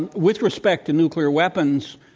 and with respect to nuclear weapons